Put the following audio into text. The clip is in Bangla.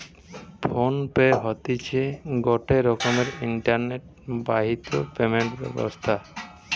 ফোন পে হতিছে গটে রকমের ইন্টারনেট বাহিত পেমেন্ট ব্যবস্থা